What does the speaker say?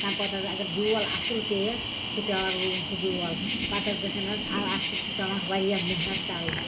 تٔمۍ پتہٕ حظ اگر بیول اَصٕل پٮ۪یَس چھِ پٮ۪وان رُوُن سُہ بیوٗل پتہٕ حظ گژھَن تَتھ اَتھ چھِ پٮ۪وان واریاہ محنت کَرٕنۍ